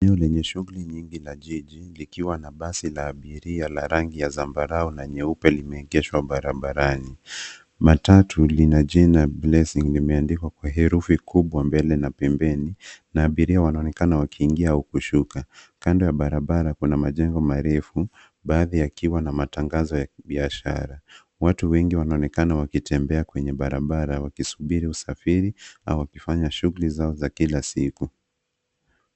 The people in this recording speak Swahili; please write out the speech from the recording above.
Eneo lenye shughuli nyingi la jiji likiwa na basi la abiria la rangi ya zambarau na nyeupe limeegeshwa barabarani. Matatu lina jina blessing limeandikwa kwa herufi kubwa mbele na pembeni na abiria wanaonekana kuingia au kushuka. Kando ya barabara kuna majengo marefu baadhi yakiwa na matangazo ya kibiashara. Watu wengi wanaonekana wakitembea kwenye barabara wakisubiri usafiri au wakifanya shughuli zao za kila siku.